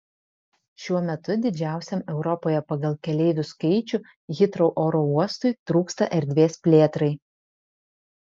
šiuo metu didžiausiam europoje pagal keleivių skaičių hitrou oro uostui trūksta erdvės plėtrai